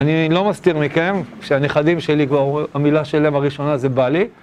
אני לא מסתיר מכם שהנכדים שלי כבר המילה שלהם הראשונה זה בעלי